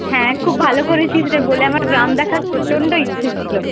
হ্যাঁ খুব ভালো করেছিস রে বলে আমার গ্রাম দেখার প্রচণ্ড ইচ্ছে ছিলো